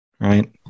right